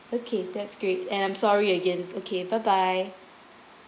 okay that's great and I'm sorry again okay bye bye